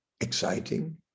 exciting